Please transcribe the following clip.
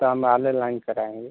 तो हम बाद में कराएँगे